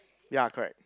ya correct